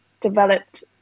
developed